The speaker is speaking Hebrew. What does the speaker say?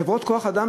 חברות כוח-האדם,